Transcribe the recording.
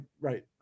right